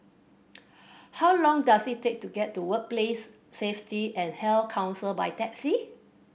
how long does it take to get to Workplace Safety and Health Council by taxi